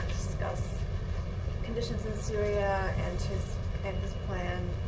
discuss conditions in syria and his and his plan.